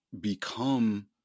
become